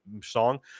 song